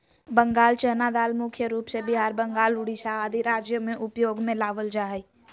बंगाल चना दाल मुख्य रूप से बिहार, बंगाल, उड़ीसा आदि राज्य में उपयोग में लावल जा हई